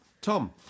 Tom